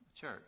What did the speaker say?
Church